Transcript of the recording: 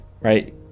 right